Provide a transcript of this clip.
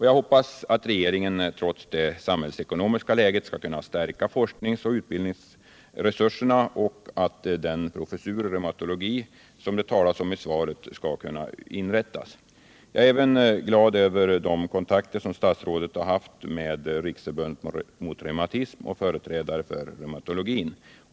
Jag hoppas regeringen trots det samhällsekonomiska läget skall kunna stärka forskningsoch utbildningsresurserna och att den professur i reumatologi som nämns i svaret skall kunna inrättas. Jag är också glad över de kontakter som statsrådet har haft med Riksförbundet mot reumatism och företrädare för reumatologin.